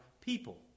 people